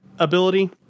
ability